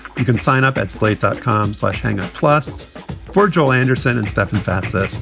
you can sign up at slate dot com slushing a plus for joel anderson and stefan fatsis.